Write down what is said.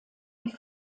die